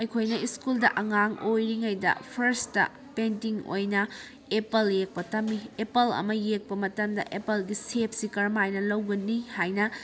ꯑꯩꯈꯣꯏꯅ ꯁ꯭ꯀꯨꯜꯗ ꯑꯉꯥꯡ ꯑꯣꯏꯔꯤꯉꯩꯗ ꯐꯥꯔꯁꯇ ꯄꯦꯟꯇꯤꯡ ꯑꯣꯏꯅ ꯑꯦꯄꯜ ꯌꯦꯛꯄ ꯇꯝꯃꯤ ꯑꯦꯄꯜ ꯑꯃ ꯌꯦꯛꯄ ꯃꯇꯝꯗ ꯑꯦꯄꯜꯒꯤ ꯁꯦꯞꯁꯤ ꯀꯔꯝꯃꯥꯏꯅ ꯂꯩꯒꯅꯤ ꯍꯥꯏꯅ